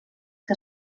que